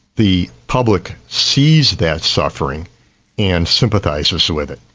the public sees that suffering and sympathises so with it.